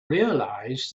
realise